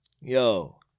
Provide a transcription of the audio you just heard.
Yo